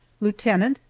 lieutenant,